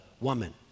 woman